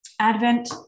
Advent